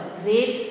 great